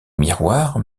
miroirs